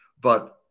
But-